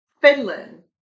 Finland